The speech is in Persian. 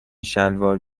شلوار